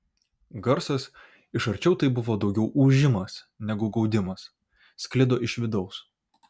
garsas iš arčiau tai buvo daugiau ūžimas negu gaudimas sklido iš vidaus